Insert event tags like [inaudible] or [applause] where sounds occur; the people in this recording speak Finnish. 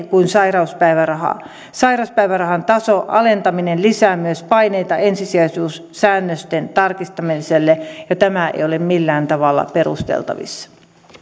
[unintelligible] kuin sairauspäiväraha sairauspäivärahan tason alentaminen lisää myös paineita ensisijaisuussäännösten tarkistamiselle ja tämä ei ole millään tavalla perusteltavissa